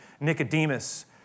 Nicodemus